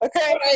Okay